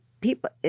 People